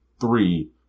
three